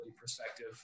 perspective